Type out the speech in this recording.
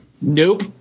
Nope